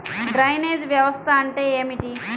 Drainage వ్యవస్థ అంటే ఏమిటి?